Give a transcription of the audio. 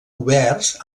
oberts